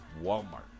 Walmart